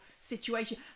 situation